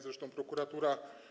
Zresztą prokuratura.